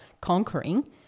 conquering